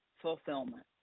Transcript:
fulfillment